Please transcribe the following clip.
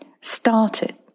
started